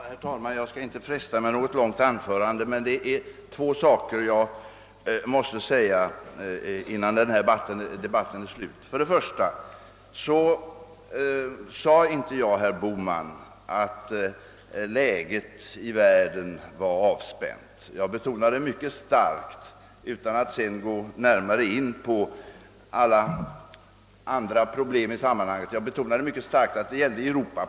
Herr talman! Jag skall inte fresta kammarledamöternas tålamod med något långt anförande men måste framhålla två saker innan den här debatten är slut. Jag sade inte, herr Bohman, att läget i världen är avspänt. Jag betonade mycket starkt, utan att gå in på alla problem i sammanhanget, att avspänningen gäller Europa.